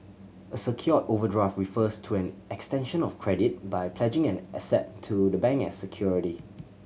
a secured overdraft refers to an extension of credit by pledging an asset to the bank as security